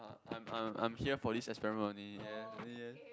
I'm I'm I'm here for this experiment only and yeah